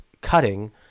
cutting